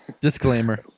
Disclaimer